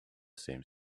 same